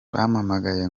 bampamagaye